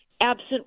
absent